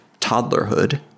toddlerhood